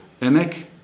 Emek